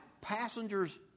passengers